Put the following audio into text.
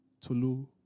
Tulu